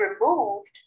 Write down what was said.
removed